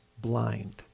blind